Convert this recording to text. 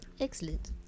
Excellent